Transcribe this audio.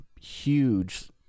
huge